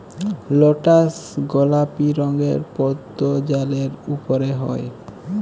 lotus গলাপি রঙের পদ্দ জালের উপরে হ্যয়